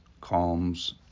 Calms